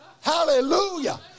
hallelujah